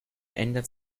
ändert